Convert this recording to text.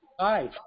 Hi